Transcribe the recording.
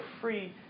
free